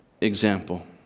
example